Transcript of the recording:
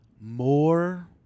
More